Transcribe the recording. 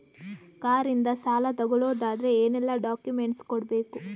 Car ಇಂದ ಸಾಲ ತಗೊಳುದಾದ್ರೆ ಏನೆಲ್ಲ ಡಾಕ್ಯುಮೆಂಟ್ಸ್ ಕೊಡ್ಬೇಕು?